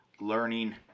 learning